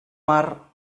mar